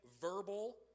verbal